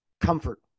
comfort